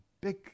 big